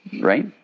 right